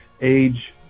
Age